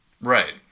right